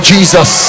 Jesus